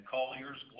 Collier's